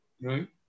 right